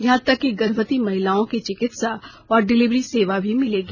यहां तक कि गर्भवती महिलाओं की चिकित्सा और डिलीवरी सेवा भी मिलेगी